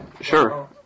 Sure